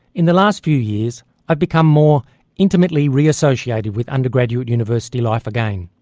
in the last few years i've become more intimately re-associated with undergraduate university life again.